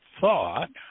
thought